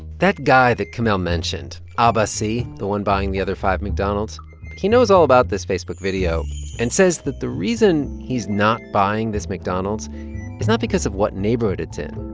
that guy that kemal mentioned, ah abbassi the one buying the other five mcdonald's he knows all about this facebook video and says that the reason he's not buying this mcdonald's is not because of what neighborhood it's in.